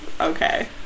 okay